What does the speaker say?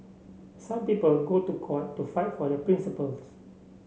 some people go to court to fight for their principles